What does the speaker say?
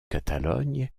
catalogne